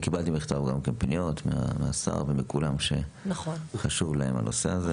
אני קיבלתי מכתב גם כן פניות מהשר וכולם שחשוב להם הנושא הזה.